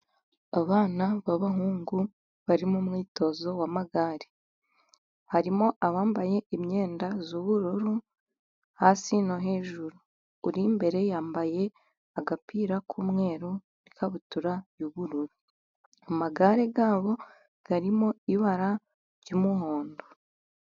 Abana b'abahungu bari mu mwitozo w'amagare. Harimo abambaye imyenda y'ubururu hasi no hejuru. Uri imbere yambaye agapira k'umweru n'ikabutura y'ubururu, amagare arimo ibara ry'umuhondo.